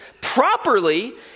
properly